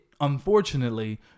unfortunately